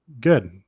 good